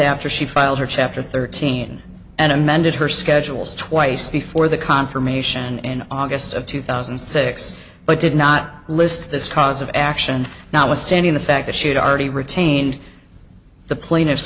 after she filed for chapter thirteen and amended her schedules twice before the confirmation in august of two thousand and six but did not list this cause of action now withstanding the fact that she had already retained the plaintiff